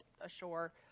ashore